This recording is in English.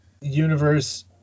universe